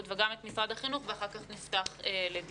וגם את משרד החינוך ואחר כך נפתח לדיון.